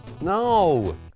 No